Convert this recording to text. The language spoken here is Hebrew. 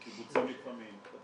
בקיבוצים לפעמים.